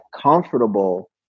comfortable